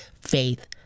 faith